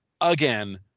Again